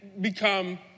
become